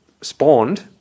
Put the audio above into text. spawned